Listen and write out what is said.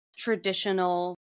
traditional